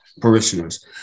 parishioners